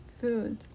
Food